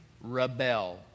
rebel